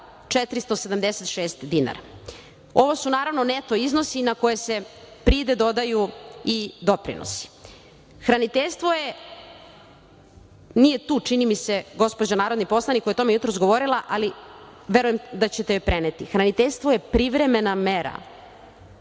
46.476 dinara. Ovo su, naravno, neto iznosi na koje se pride dodaju i doprinosi. Nije tu čini mi se gospođa narodni poslanik koja je o tome jutros govorila, ali verujem da ćete joj preneti. Hraniteljstvo je privremena mera